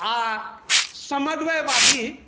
आ समन्वयवादी